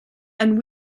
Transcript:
and